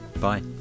Bye